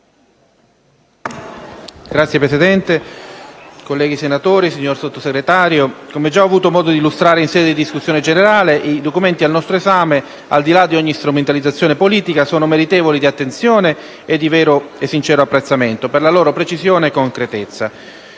Signor Presidente, signora Sottosegretario, onorevoli senatori, come già ho avuto modo di illustrare in sede di discussione generale, i documenti al nostro esame, al di là di ogni strumentalizzazione politica, sono meritevoli d'attenzione e di sincero apprezzamento per la loro precisione e concretezza.